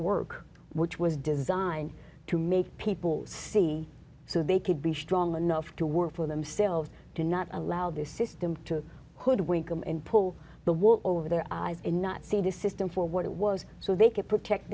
work which was designed to make people see so they could be strong enough to work for themselves to not allow this system to hoodwink and pull the wool over their eyes and not see the system for what it was so they could protect